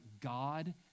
God